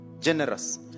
generous